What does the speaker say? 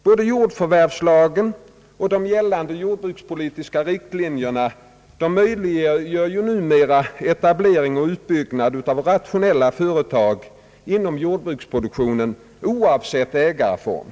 Både jordförvärvslagen och de gällande jordbrukspolitiska riktlinjerna möjliggör numera etablering och utbyggnad av rationella företag inom jordbruksproduktionen oavsett ägareform.